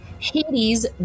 Hades